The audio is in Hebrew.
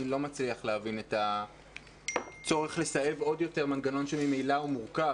אני לא מצליח להבין את הצורך לסאב עוד יותר מנגנון שממילא הוא מורכב.